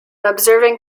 observing